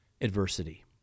adversity